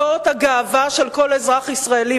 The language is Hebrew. זאת הגאווה של כל אזרח ישראלי,